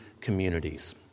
communities